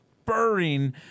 spurring